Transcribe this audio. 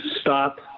stop